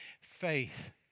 faith